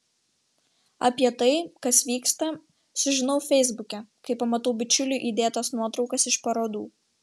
apie tai kas vyksta sužinau feisbuke kai pamatau bičiulių įdėtas nuotraukas iš parodų